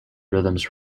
rhythms